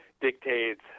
dictates